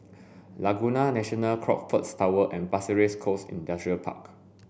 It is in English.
Laguna National Crockfords Tower and Pasir Ris Coast Industrial Park